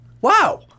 wow